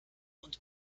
und